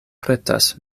pretas